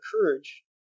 courage